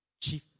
chief